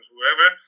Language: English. whoever